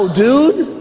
dude